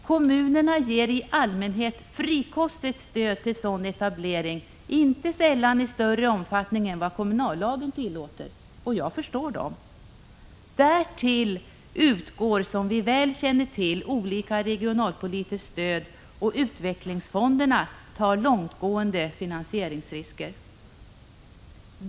Kommunerna ger i allmänhet frikostigt stöd till sådan etablering, inte sällan i större omfattning än vad kommunallagen tillåter, och jag förstår dem. Därtill utgår som vi väl känner till olika former av regionalpolitiskt stöd, och utvecklingsfonderna tar långtgående finansieringsrisker.